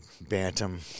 Bantam –